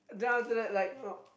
then after that like